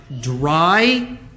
dry